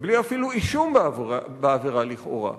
ובלי אפילו אישום בעבירה לכאורה.